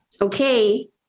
Okay